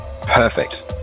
Perfect